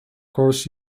course